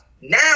Now